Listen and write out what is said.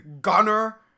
gunner